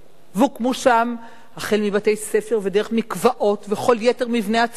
והוקמו שם החל מבתי-ספר ודרך מקוואות וכל יתר מבני הציבור.